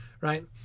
Right